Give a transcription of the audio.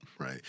Right